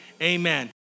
Amen